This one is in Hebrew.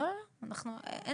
לא, לא, לא, ועדה, כן.